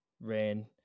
Rain